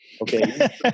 okay